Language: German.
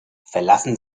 verlassen